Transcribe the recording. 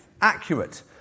accurate